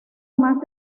más